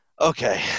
Okay